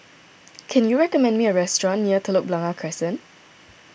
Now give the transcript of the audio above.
can you recommend me a restaurant near Telok Blangah Crescent